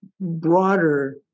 broader